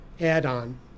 add-on